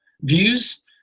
views